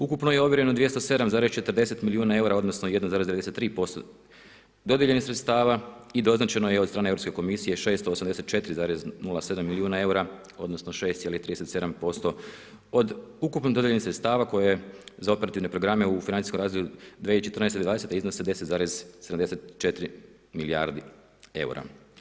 Ukupno je ovjereno 207,40 milijuna eura, odnosno 1,93% dodijeljenih sredstava i doznačeno je od strane Europske komisije 684,07 milijuna eura, odnosno 6,37% od ukupno dodijeljenih sredstava koje za operativne programe u financijskom razdoblju 2014.-2020. iznose 10,74 milijardi eura.